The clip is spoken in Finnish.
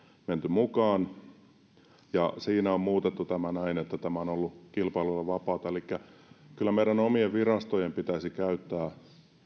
menty mukaan siinä on muutettu tämä näin että tämä on ollut kilpailulle vapaata elikkä kyllä meidän omien virastojemme pitäisi käyttää